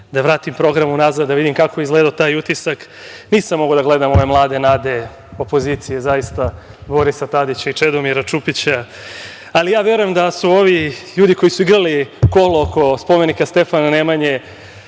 i vratim program unazad, da vidim kako je izgledao taj „Utisak nedelje“. Nisam mogao da gledam one mlade nade opozicije, zaista, Borisa Tadića i Čedomira Čupića, ali verujem da su ljudi koji su igrali kolo oko spomenika Stefana Nemanje…Da